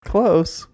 Close